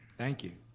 thank you.